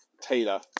Taylor